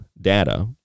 Data